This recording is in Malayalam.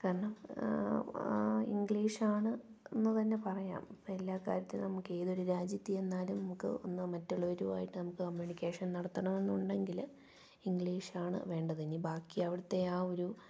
കാരണം ഇംഗ്ലീഷാണ് എന്ന് തന്നെ പറയാം ഇപ്പം എല്ലാ കാര്യത്തിനും നമുക്ക് ഏതൊരു രാജ്യത്തു ചെന്നാലും നമുക്ക് ഒന്ന് മറ്റുള്ളവരുമായിട്ട് നമുക്ക് കമ്മ്യൂണിക്കേഷൻ നടത്തണമെന്നുണ്ടെങ്കില് ഇംഗ്ലീഷാണ് വേണ്ടത് ഇനി ബാക്കി അവിടെത്തെ ആ ഒരു